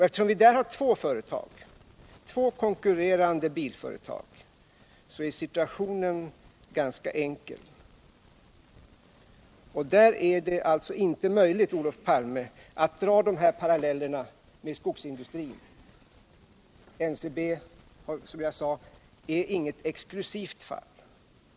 Eftersom det finns två stora konkurrerande bilföretag är situationen ganska enkel. Där är det alltså inte möjligt, Olof Palme, att dra paralleller med skogsindustrin. NCB är, som jag sade, inget exklusivt fall.